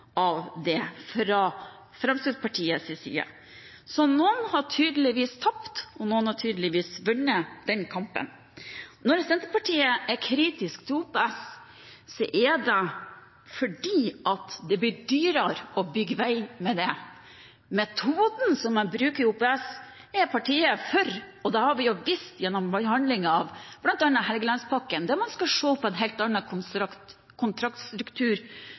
av det fra Fremskrittspartiets side. Så noen har tydeligvis tapt, og noen har tydeligvis vunnet den kampen. Når Senterpartiet er kritisk til OPS, er det fordi det blir dyrere å bygge vei med det. Metoden som man bruker i OPS, er partiet for, og det har vi også vist gjennom behandlingen av bl.a. Helgelandspakken, der man skal se på en helt annen kontraktstruktur